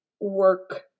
work